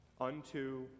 unto